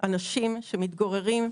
אנשים שמתגוררים,